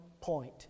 point